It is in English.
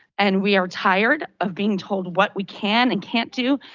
and we are tired of being told what we can and can't do.